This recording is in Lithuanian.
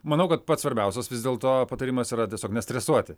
manau kad pats svarbiausias vis dėlto patarimas yra tiesiog nestresuoti